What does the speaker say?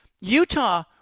utah